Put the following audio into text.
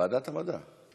ועדת המדע.